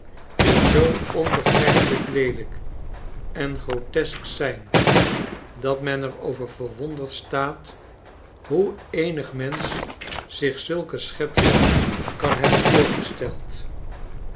die zoo onbegrijpelijk leelijk en grotesk zijn dat men er over verwonderd staat hoe eenig mensch zich zulke schepsels kan hebben voorgesteld